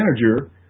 manager